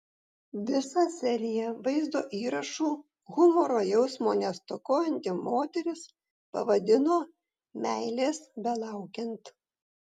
visą seriją vaizdo įrašų humoro jausmo nestokojanti moteris pavadino meilės belaukiant